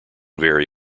vary